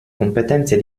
competenze